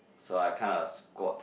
so I kinda squat